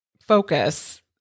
focus